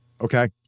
Okay